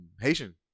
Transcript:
Haitian